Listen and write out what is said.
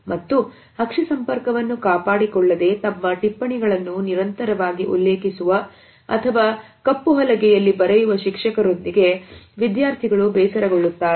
ಮತ್ತು ಅಕ್ಷಿ ಸಂಪರ್ಕವನ್ನು ಕಾಪಾಡಿಕೊಳ್ಳದೆ ತಮ್ಮ ಟಿಪ್ಪಣಿಗಳನ್ನು ನಿರಂತರವಾಗಿ ಉಲ್ಲೇಖಿಸುವ ಅಥವಾ ಕಪ್ಪು ಹಲಗೆಯಲ್ಲಿ ಬರೆಯುವ ಶಿಕ್ಷಕರೊಂದಿಗೆ ವಿದ್ಯಾರ್ಥಿಗಳು ಬೇಸರಗೊಳ್ಳುತ್ತಾರೆ